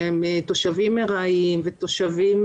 שהם תושבים ארעיים או תושבים